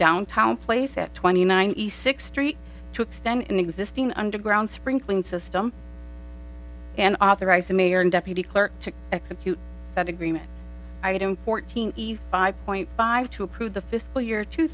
downtown place at twenty nine east six three to extend an existing underground sprinkling system and authorized the mayor and deputy clerk to execute that agreement fourteen five point five to approve the fiscal year two